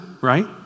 right